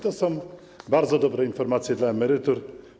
To są bardzo dobre informacje dla emerytów.